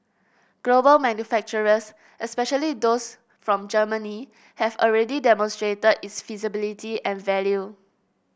global manufacturers especially those from Germany have already demonstrated its feasibility and value